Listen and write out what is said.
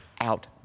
out